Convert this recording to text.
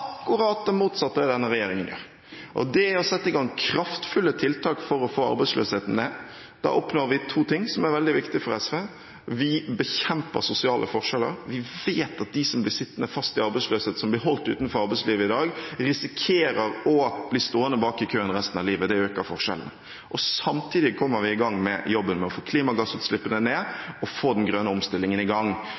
det motsatte av det denne regjeringen gjør. Det er å sette i gang kraftfulle tiltak for å få arbeidsløsheten ned. Da oppnår vi to ting, som er veldig viktig for SV: Vi bekjemper sosiale forskjeller – vi vet at de som blir sittende fast i arbeidsløshet, som blir holdt utenfor arbeidslivet i dag, risikerer å bli stående bak i køen resten av livet, og det øker forskjellene – og samtidig kommer vi i gang med jobben med å få klimagassutslippene ned og få den grønne omstillingen i gang.